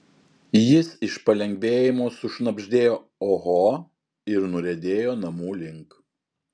jis iš palengvėjimo sušnabždėjo oho ir nuriedėjo namų link